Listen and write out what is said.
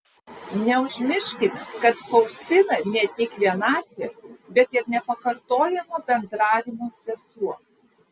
neužmirškime kad faustina ne tik vienatvės bet ir nepakartojamo bendravimo sesuo